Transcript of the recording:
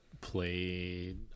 played